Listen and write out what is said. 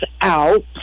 out